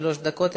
שלוש דקות,